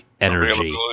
energy